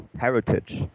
heritage